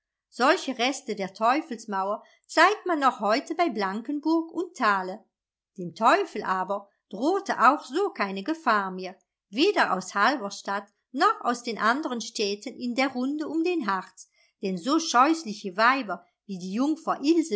solche reste der teufelsmauer zeigt man noch heute bei blankenburg und thale dem teufel aber drohte auch so keine gefahr mehr weder aus halberstadt noch aus den anderen städten in der runde um den harz denn so scheußliche weiber wie die